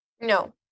no